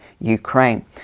Ukraine